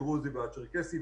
הדרוזי והצ'רקסי.